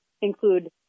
include